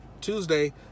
Tuesday